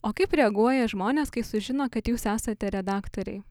o kaip reaguoja žmonės kai sužino kad jūs esate redaktoriai